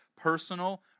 personal